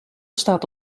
staat